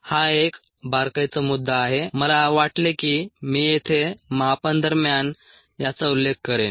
हा एक बारकाईचा मुद्दा आहे मला वाटले की मी येथे मापन दरम्यान याचा उल्लेख करेन